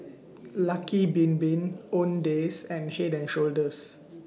Lucky Bin Bin Owndays and Head and Shoulders